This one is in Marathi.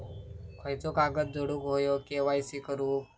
खयचो कागद जोडुक होयो के.वाय.सी करूक?